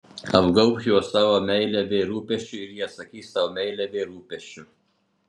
apgaubk juos savo meile bei rūpesčiu ir jie atsakys tau meile bei rūpesčiu